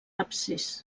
absis